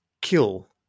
kill